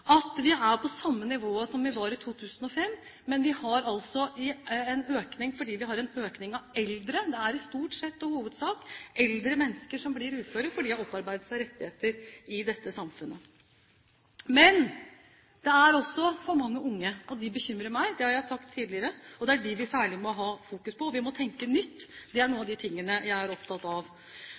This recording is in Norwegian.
at vi er på samme nivået som vi var i 2005, men vi har altså en økning fordi vi har en økning av eldre. Det er stort sett og i hovedsak eldre mennesker som blir uføre, for de har opparbeidet seg rettigheter i dette samfunnet. Men det er også for mange unge utenfor. De bekymrer meg, og det har jeg sagt tidligere. Det er dem vi særlig må ha fokus på, og vi må tenke nytt. Det er noen av de tingene jeg er opptatt av.